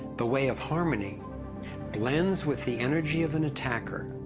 the way of harmony blends with the energy of an attacker.